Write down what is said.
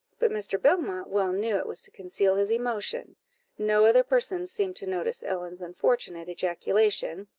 but mr. belmont well knew it was to conceal his emotion no other person seemed to notice ellen's unfortunate ejaculation,